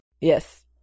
Yes